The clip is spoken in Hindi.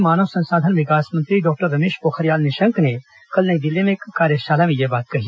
केंद्रीय मानव संसाधन विकास मंत्री डॉक्टर रमेश पोखरियाल निशंक ने कल नई दिल्ली में एक कार्याशाला में यह बात कही